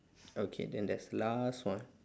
okay then there's last one